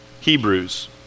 Hebrews